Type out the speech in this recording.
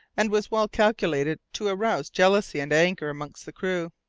and was well calculated to arouse jealousy and anger among the crew.